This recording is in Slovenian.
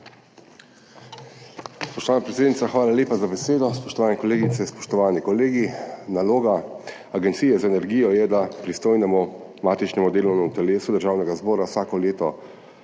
hvala lepa za besedo. Spoštovane kolegice, spoštovani kolegi! Naloga Agencije za energijo je, da pristojnemu matičnemu delovnemu telesu Državnega zbora vsako leto